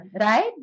right